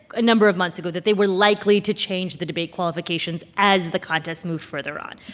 a number of months ago, that they were likely to change the debate qualifications as the contest moved further on.